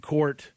Court